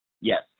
Yes